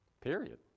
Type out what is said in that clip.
Period